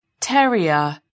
Terrier